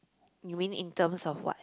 you mean in terms of what